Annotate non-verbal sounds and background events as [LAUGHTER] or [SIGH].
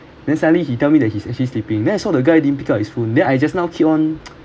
then suddenly he tell me that he's actually sleeping then I saw the guy didn't pick up his phone then I just now keep on [NOISE]